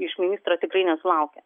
iš ministro tikrai nesulaukia